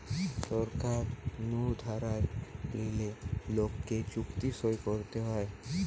সরকার নু ধার লিলে লোককে চুক্তি সই করতে হয়